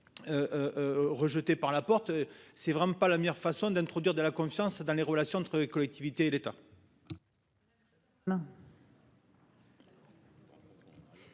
Rejeté par la porte c'est vraiment pas la meilleure façon d'introduire de la confiance dans les relations entre les collectivités et l'État.